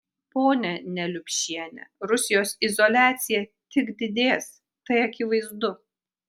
ponia neliupšiene rusijos izoliacija tik didės tai akivaizdu